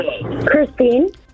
Christine